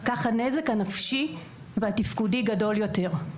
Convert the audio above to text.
כך הנזק הנפשי והתפקודי גדול יותר.